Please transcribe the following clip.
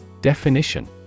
Definition